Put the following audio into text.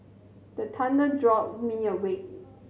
the thunder jolt me awake